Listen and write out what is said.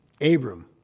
Abram